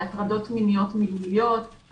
על הטרדות מיניות מילוליות,